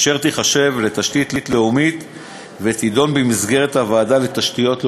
אשר תיחשב לתשתית לאומית ותידון במסגרת הוועדה לתשתיות לאומיות.